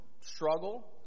struggle